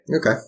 Okay